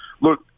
look